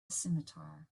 scimitar